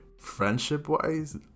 friendship-wise